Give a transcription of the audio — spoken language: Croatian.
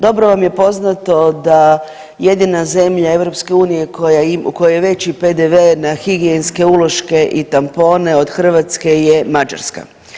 Dobro vam je poznato da jedina zemlja EU u kojoj je veći PDV na higijenske uloške i tampone od Hrvatske je Mađarska.